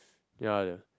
ya